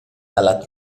dalla